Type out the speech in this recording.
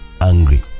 angry